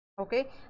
okay